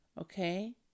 okay